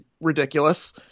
ridiculous